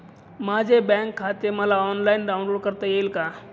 माझे बँक खाते मला ऑनलाईन डाउनलोड करता येईल का?